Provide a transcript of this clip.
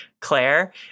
claire